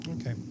Okay